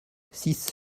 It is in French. six